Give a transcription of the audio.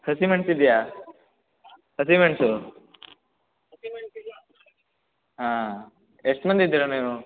ಹಸಿಮೆಣ್ಸು ಇದೆಯಾ ಹಸಿಮೆಣಸು ಹಾಂ ಎಷ್ಟು ಮಂದಿ ಇದೀರ ನೀವು